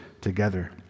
together